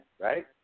right